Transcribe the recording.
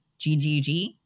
GGG